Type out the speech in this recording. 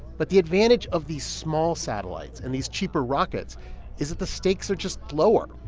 but the advantage of these small satellites and these cheaper rockets is that the stakes are just lower.